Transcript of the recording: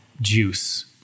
Juice